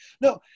No